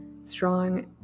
strong